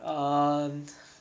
um